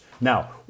Now